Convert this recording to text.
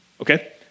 Okay